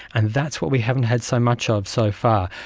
and that's what we haven't had so much of so far.